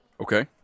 Okay